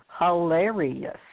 hilarious